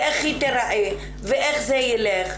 איך היא תיראה ואיך זה ייראה.